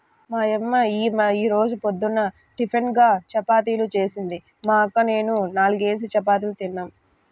మా యమ్మ యీ రోజు పొద్దున్న టిపిన్గా చపాతీలు జేసింది, మా అక్క నేనూ నాల్గేసి చపాతీలు తిన్నాం